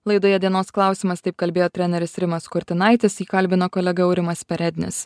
laidoje dienos klausimas taip kalbėjo treneris rimas kurtinaitis jį kalbino kolega aurimas perednis